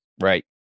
right